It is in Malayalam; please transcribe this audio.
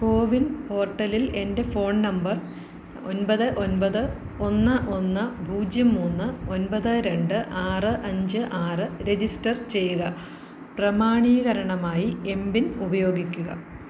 കോവിൻ പോർട്ടലിൽ എൻ്റെ ഫോൺ നമ്പർ ഒൻപത് ഒൻപത് ഒന്ന് ഒന്ന് പൂജ്യം മൂന്ന് ഒൻപത് രണ്ട് ആറ് അഞ്ച് ആറ് രജിസ്റ്റർ ചെയ്യുക പ്രാമാണീകരണമായി എം പിൻ ഉപയോഗിക്കുക